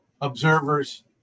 observers